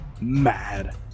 Mad